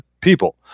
people